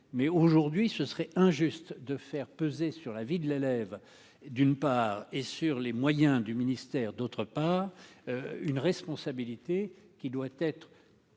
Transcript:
mais aujourd'hui ce serait. Injuste de faire peser sur la vie de l'élève, d'une part, et sur les moyens du ministère, d'autre part, une responsabilité qui doit être